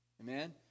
amen